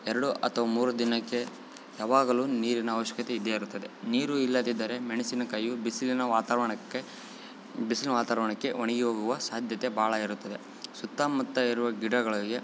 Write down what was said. ಎರಡು ಅಥವ ಮೂರು ದಿನಕ್ಕೆ ಯಾವಾಗಲು ನೀರಿನ ಅವಶ್ಯಕತೆ ಇದ್ದೇ ಇರುತ್ತದೆ ನೀರು ಇಲ್ಲದಿದ್ದರೆ ಮೆಣಸಿನಕಾಯಿಯು ಬಿಸಿಲಿನ ವಾತಾವರಣಕ್ಕೆ ಬಿಸಿಲಿನ ವಾತವರಣಕ್ಕೆ ಒಣಗಿ ಹೋಗುವ ಸಾಧ್ಯತೆ ಬಾಳ ಇರುತ್ತದೆ ಸುತ್ತಮುತ್ತ ಇರುವ ಗಿಡಗಳಿಗೆ